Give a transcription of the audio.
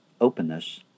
openness